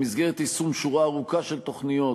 במסגרת יישום שורה ארוכה של תוכניות